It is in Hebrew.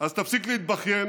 אז תפסיק להתבכיין,